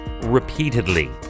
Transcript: repeatedly